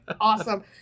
awesome